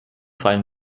fallen